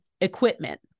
equipment